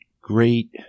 great